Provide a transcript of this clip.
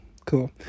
Cool